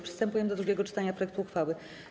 Przystępujemy do drugiego czytania projektu uchwały.